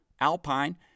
Alpine